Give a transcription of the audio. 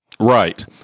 Right